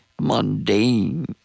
mundane